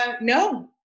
no